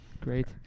Great